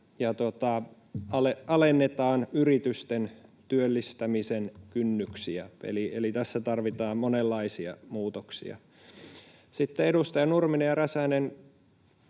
ja alennetaan yritysten työllistämisen kynnyksiä, eli tässä tarvitaan monenlaisia muutoksia. Sitten edustaja Nurminen ja Räsänen